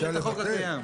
זה בחוק הקיים.